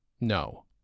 No